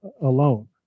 alone